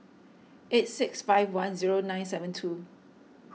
eight six five one zero nine seven two